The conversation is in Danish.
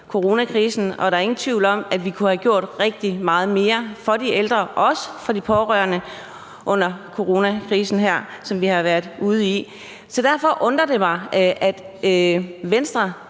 coronakrisen, og der er ingen tvivl om, at vi kunne have gjort rigtig meget mere for de ældre og også for de pårørende under coronakrisen, som vi har været ude i. Derfor undrer det mig, at Venstre